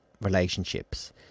relationships